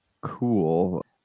cool